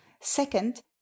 second